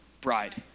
bride